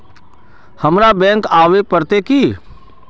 हमरा बैंक आवे पड़ते की?